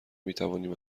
میتوانیم